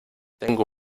tengo